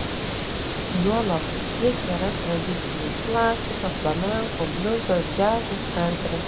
juolab tiek yra tradicijų klasika flamenko bliuzas džiazas kantri